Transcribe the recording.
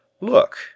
Look